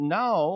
now